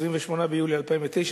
28 ביולי 2009,